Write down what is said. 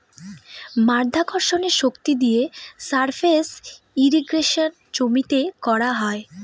মাধ্যাকর্ষণের শক্তি দিয়ে সারফেস ইর্রিগেশনে জমিতে করা হয়